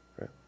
right